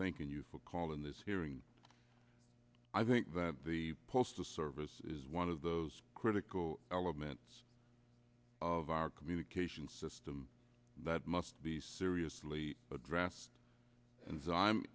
thanking you for calling this hearing i think that the postal service is one of those critical elements of our communication system that must be seriously addressed and